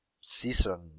season